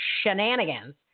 Shenanigans